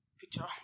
Picture